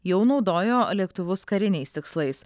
jau naudojo lėktuvus kariniais tikslais